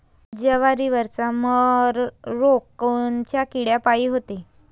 जवारीवरचा मर रोग कोनच्या किड्यापायी होते?